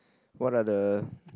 what are the